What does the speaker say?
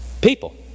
People